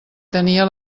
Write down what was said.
tenia